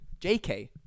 jk